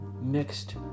mixed